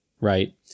right